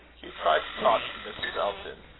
hugh tried to talk to mrs. elton,